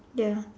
ya